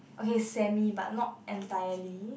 okay semi but not entirely